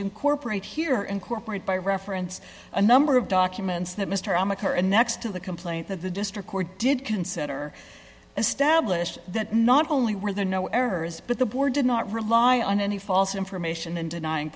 incorporate here incorporate by reference a number of documents that mr ahmed her and next to the complaint that the district court did consider established that not only were there no errors but the board did not rely on any false information and denying